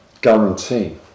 guarantee